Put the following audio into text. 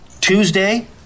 Tuesday